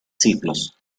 ciclos